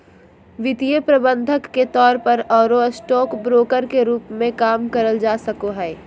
वित्तीय प्रबंधक के तौर पर आरो स्टॉक ब्रोकर के रूप मे काम करल जा सको हई